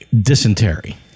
dysentery